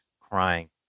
crying